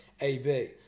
AB